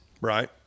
right